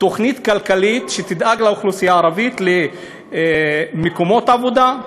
תוכנית כלכלית שתדאג לאוכלוסייה הערבית למקומות עבודה?